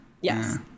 yes